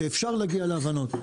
שאפשר להגיע להבנות.